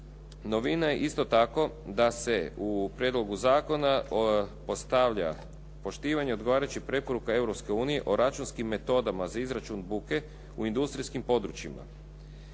Novina je isto tako da se u prijedlogu zakona postavlja, poštivanje odgovarajućih preporuka Europske unije o računskim metodama za izračun buke u industrijskim područjima.